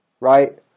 Right